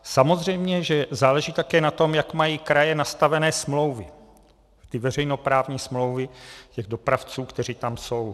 Samozřejmě že záleží také na tom, jak mají také kraje nastavené smlouvy, veřejnoprávní smlouvy těch dopravců, kteří tam jsou.